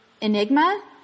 Enigma